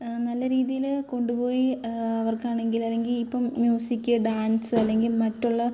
നല്ല രീതിയിൽ കൊണ്ടുപോയി അവർക്കാണെങ്കിൽ അല്ലെങ്കിൽ ഇപ്പം മ്യൂസിക് ഡാൻസ് അല്ലെങ്കിൽ മറ്റുള്ള